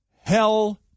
Hell